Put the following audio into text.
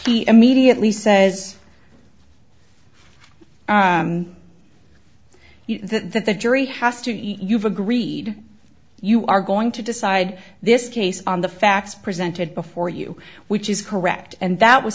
he immediately says that the jury has to you've agreed you are going to decide this case on the facts presented before you which is correct and that was